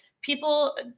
people